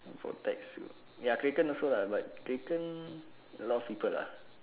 for tech suite you ya kraken also lah but kraken a lot of people lah